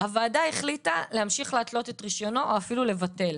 הוועדה החליטה להמשיך להתלות את רישיונו או אפילו לבטל,